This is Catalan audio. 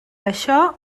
això